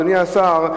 אדוני השר,